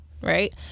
right